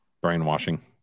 Brainwashing